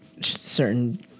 Certain